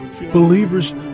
Believers